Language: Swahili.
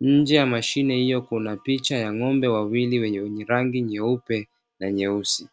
Nje ya mashine hiyo kuna picha ya ng’ombe wawili wenye rangi nyeupe na nyeusi.